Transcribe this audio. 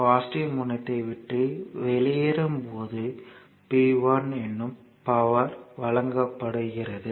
positive முனையத்தை விட்டு வெளியேறும்போது P1 என்னும் பவர் வழங்குகிறது